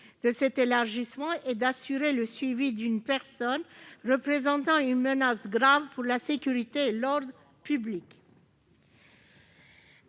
Par cet élargissement, il s'agit d'assurer le suivi d'une personne représentant une menace grave pour la sécurité et l'ordre public.